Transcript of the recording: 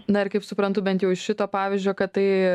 na ir kaip suprantu bent jau iš šito pavyzdžio kad tai